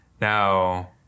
now